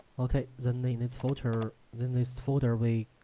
okay, then they need filter then this folder. we